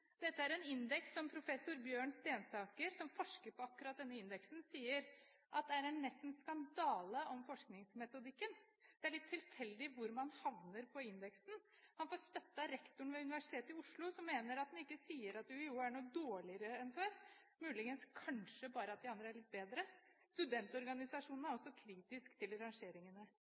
Dette er en indeks med en forskningsmetodikk som professor Bjørn Stensaker, som forsker på akkurat denne indeksen, sier nesten er en skandale. Det er litt tilfeldig hvor man havner på indeksen. Han får støtte av rektoren ved Universitetet i Oslo, som mener at den ikke sier at UiO er noe dårligere enn før, kanskje bare at de andre er litt bedre. Studentorganisasjonene er også kritiske til rangeringene.